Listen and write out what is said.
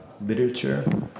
literature